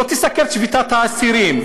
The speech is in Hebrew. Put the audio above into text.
לא תסקר את שביתת האסירים,